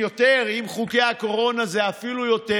עם חוקי הקורונה זה אפילו יותר,